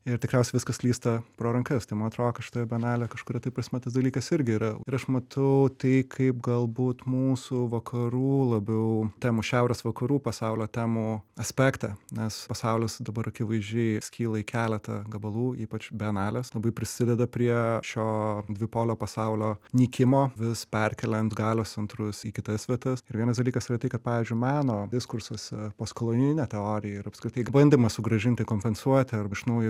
ir tikriausiai viskas slysta pro rankas tai man atrodo kad šitoje bienalėje kažkuria prasme tas dalykas irgi yra ir aš matau tai kaip galbūt mūsų vakarų labiau temų šiaurės vakarų pasaulio temų aspektą nes pasaulis dabar akivaizdžiai skyla į keletą gabalų ypač bienalės labai prisideda prie šio dvipolio pasaulio nykimo vis perkeliant galios centrus į kitas vietas ir vienas dalykas yra tai kad pavyzdžiui meno kursuose poskolonijinė teorija ir apskritai bandymas sugrąžinti kompensuoti arba iš naujo